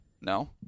No